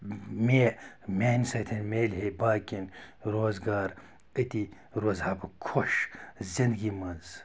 مےٚ میٛانہِ سۭتۍ میلہِ ہے باقیَن روزگار أتی روزٕ ہا بہٕ خۄش زِندگی منٛز